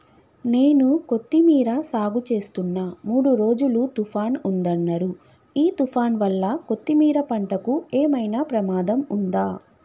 నేను కొత్తిమీర సాగుచేస్తున్న మూడు రోజులు తుఫాన్ ఉందన్నరు ఈ తుఫాన్ వల్ల కొత్తిమీర పంటకు ఏమైనా ప్రమాదం ఉందా?